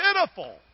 pitiful